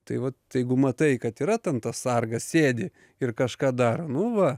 tai vat jeigu matai kad yra ten tas sargas sėdi ir kažką daro nu va